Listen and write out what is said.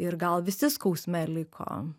ir gal visi skausme liko